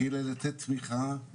כדי לתת תמיכה,